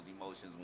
emotions